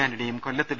ആന്റണിയും കൊല്ലത്ത് വി